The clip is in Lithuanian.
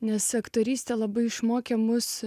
nes aktorystė labai išmokė mus